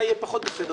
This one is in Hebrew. נכון.